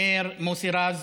מאיר, מוסי רז,